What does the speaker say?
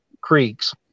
creeks